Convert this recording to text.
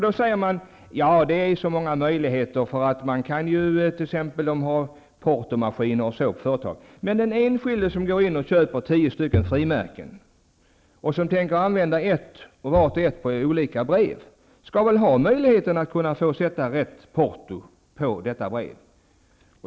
Då sägs det att det finns så många möjligheter, det finns t.ex. portomaskiner i företagen. Men den enskilde som köper 10 frimärken och tänker använda vart och ett i olika brev skall väl ha möjlighet få sätta rätt porto på sina brev.